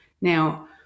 Now